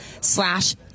slash